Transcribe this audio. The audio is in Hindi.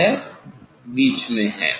यह बीच में है